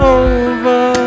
over